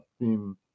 theme